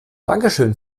dankeschön